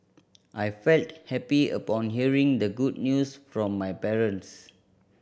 I felt happy upon hearing the good news from my parents